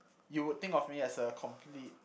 you would think of me as a complete